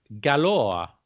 galore